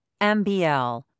MBL